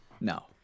No